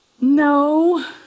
No